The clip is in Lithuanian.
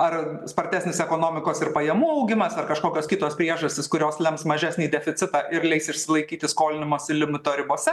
ar spartesnis ekonomikos ir pajamų augimas ar kažkokios kitos priežastys kurios lems mažesnį deficitą ir leis išsilaikyti skolinimosi limito ribose